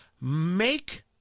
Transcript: make